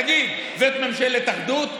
תגיד, זאת ממשלת אחדות?